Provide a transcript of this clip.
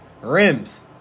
rims